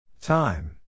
time